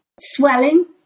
swelling